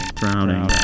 drowning